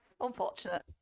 unfortunate